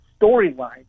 storyline